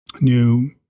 new